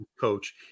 coach